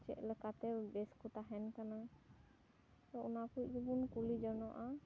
ᱪᱮᱫ ᱞᱮᱠᱟᱛᱮ ᱵᱮᱥ ᱠᱚ ᱛᱟᱦᱮᱱ ᱠᱟᱱᱟ ᱛᱚ ᱚᱱᱟ ᱠᱚᱜᱮᱵᱚᱱ ᱠᱩᱞᱤ ᱡᱚᱱᱚᱜᱼᱟ